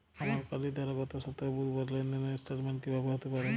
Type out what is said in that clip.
আমার কার্ডের দ্বারা গত সপ্তাহের বুধবারের লেনদেনের স্টেটমেন্ট কীভাবে হাতে পাব?